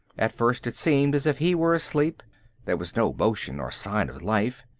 at first it seemed as if he were asleep there was no motion or sign of life.